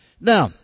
Now